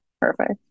Perfect